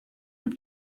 have